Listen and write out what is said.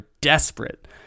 desperate